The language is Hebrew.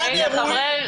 גן אירועים.